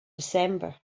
december